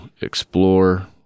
explore